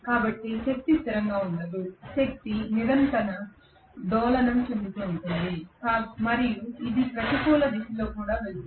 కాబట్టి శక్తి స్థిరంగా ఉండదు శక్తి నిరంతరం డోలనం చెందుతుంది మరియు ఇది ప్రతికూల దిశలో కూడా వెళుతుంది